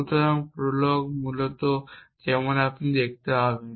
সুতরাং প্রোলগ মূলত যেমন আপনি দেখতে পাবেন